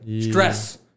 Stress